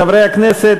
חברי הכנסת,